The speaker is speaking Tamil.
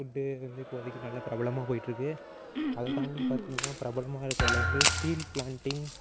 ஃபுட்டு வந்து இப்போதிக்கு நல்ல பிரபலமாக போயிட்ருக்கு அதை தாண்டி பார்த்திங்னா பிரபலமாக இருக்கதுல வந்து ஸ்டீல் ப்ளான்ட்டிங்